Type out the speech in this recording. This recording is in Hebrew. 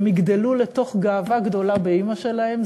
הן יגדלו לתוך גאווה גדולה באימא שלהן,